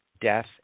death